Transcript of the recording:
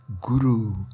guru